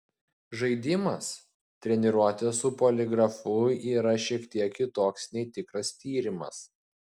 žaidimas treniruotė su poligrafu yra šiek tiek kitoks nei tikras tyrimas